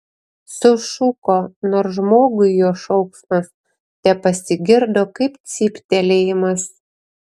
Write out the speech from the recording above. sušuko nors žmogui jo šauksmas tepasigirdo kaip cyptelėjimas